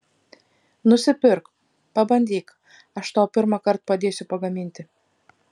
nusipirk pabandyk aš tau pirmąkart padėsiu pagaminti